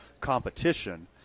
competition